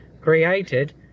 created